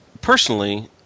personally